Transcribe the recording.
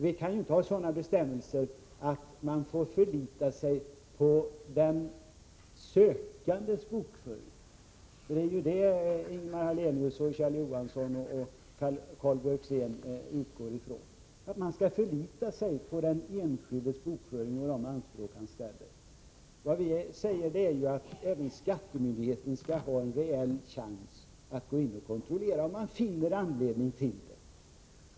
Vi kan inte ha sådana bestämmelser att man får förlita sig på den sökandes bokföring. Det är ju det Ingemar Hallenius, Kjell Johansson och Karl Björzén utgår ifrån — att man skall förlita sig på den enskildes bokföring och de anspråk han ställer. Vi säger att även skattemyndigheten skall ha en reell chans att gå in och kontrollera om man finner anledning till det.